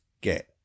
get